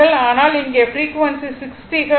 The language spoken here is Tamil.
ஆனால் இங்கே ஃப்ரீக்வன்சி 60 ஹெர்ட்ஸ்